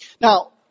Now